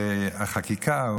בחקיקה,